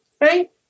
right